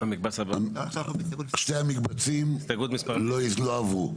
שני המקבצים לא עברו.